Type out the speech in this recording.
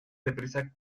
deprisa